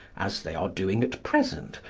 as they are doing at present,